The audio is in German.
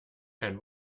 kein